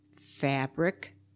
Fabric